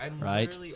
Right